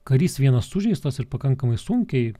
karys vienas sužeistas ir pakankamai sunkiai